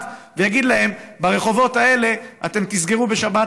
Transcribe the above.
ויגיד להם: ברחובות האלה אתם תסגרו בשבת,